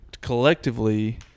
collectively –